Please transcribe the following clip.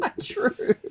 true